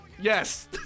Yes